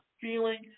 feeling